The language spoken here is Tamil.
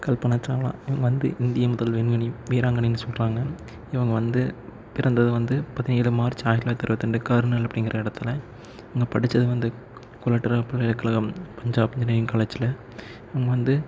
கல்பனா சாவ்லா இவங்க வந்து இந்திய முதல் விண்வெளி வீராங்கனைன்னு சொல்கிறாங்க இவங்க வந்து பிறந்தது வந்து பதினேழு மார்ச் ஆயிரத்தி தொள்ளாயிரத்தி இருபத்தி ரெண்டு கார்னல் அப்படிங்குற இடத்துல ஆனால் படித்தது வந்து கொலட்ரா பல்கலைகழகம் பஞ்சாப் இன்ஜினியரிங் காலேஜ்ல இவங்க வந்து